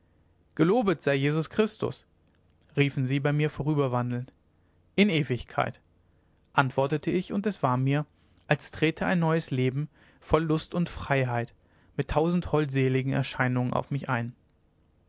gelobt sei jesus christus riefen sie bei mir vorüberwandelnd in ewigkeit antwortete ich und es war mir als trete ein neues leben voll lust und freiheit mit tausend holdseligen erscheinungen auf mich ein